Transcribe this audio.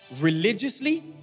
religiously